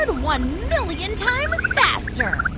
and one million times faster.